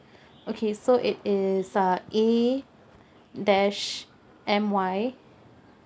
okay so it is uh A dash M Y